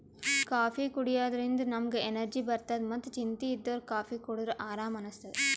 coffee ಕುಡ್ಯದ್ರಿನ್ದ ನಮ್ಗ್ energy ಬರ್ತದ್ ಮತ್ತ್ ಚಿಂತಿ ಇದ್ದೋರ್ ಕಾಫೀ ಕುಡದ್ರ್ ಆರಾಮ್ ಅನಸ್ತದ್